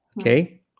okay